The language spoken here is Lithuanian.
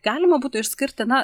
galima būtų išskirti na